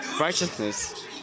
righteousness